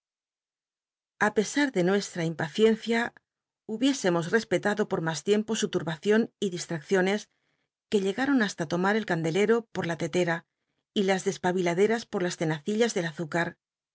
a pesar de nuestm impaciencia hubiésemos respelado por mas tiempo su tmljacion y distracciones que llegaron hasta lomar el candcleo po la tetera y las despabiladeras por las tenacillas del azúca